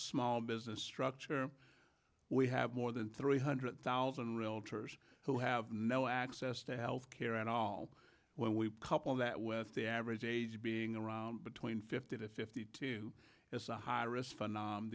small business structure we have more than three hundred thousand realtors who have no access to health care at all when we couple that with the average age being around between fifty to fifty two is a high risk